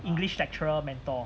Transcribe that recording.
english lecturer mentor